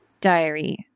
Diary